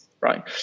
right